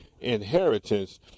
inheritance